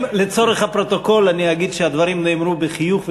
לצורך הפרוטוקול אני אגיד שהדברים נאמרו בחיוך,